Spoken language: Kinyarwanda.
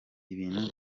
ibintu